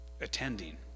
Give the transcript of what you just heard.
attending